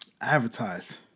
Advertise